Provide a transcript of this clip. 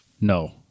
No